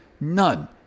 None